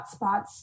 hotspots